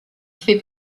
fait